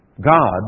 God